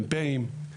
מ"פים,